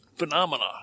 Phenomena